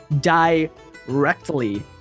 directly